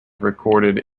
recorded